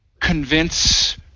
convince